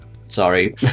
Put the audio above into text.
Sorry